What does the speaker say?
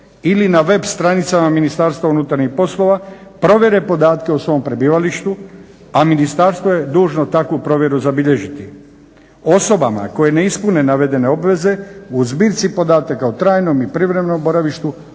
ili na web stranicama Ministarstva unutarnjih poslova provjere podatke o svom prebivalištu, a ministarstvo je dužno takvu provjeru zabilježiti. Osobama koje ne ispune navedene obveze u zbirci podataka o trajnom i privremenom boravištu